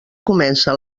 comença